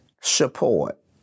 support